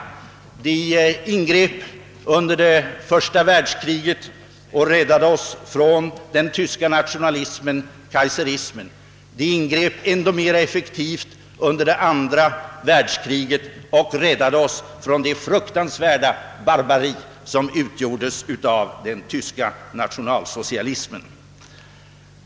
Förenta staterna ingrep under det första världskriget och räddade oss från den tyska nationalismen — kaiserismen. Förenta staterna ingrep ännu mer effektivt under det andra världskriget och räddade oss från det fruktansvärda barbari som den tyska nationalsocialismen utgjorde.